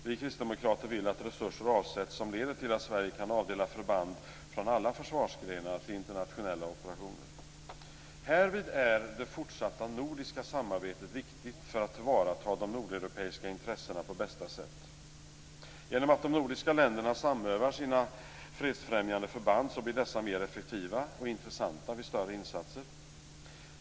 Vi kristdemokrater vill att resurser avsätts som leder till att Sverige kan avdela förband från alla försvarsgrenar till internationella operationer. Härvid är det fortsatta nordiska samarbetet viktigt för att tillvarata de nordeuropeiska intressena på bästa sätt. Genom att de nordiska länderna samövar sina fredsfrämjande förband blir dessa mer effektiva och intressanta vid större insatser.